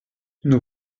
nous